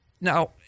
Now